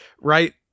right